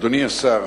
אדוני השר,